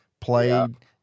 played